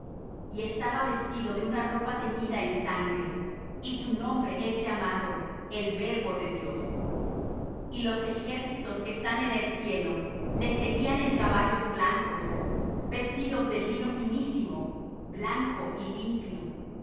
y estaba vestido de una ropa teñida en sangre y su nombre es llamado el verbo de dios y los ejércitos que están en el cielo le seguían en caballos blancos vestidos de lino finísimo blanco y limpio